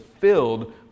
filled